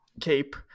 Cape